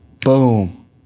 Boom